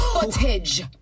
footage